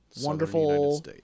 wonderful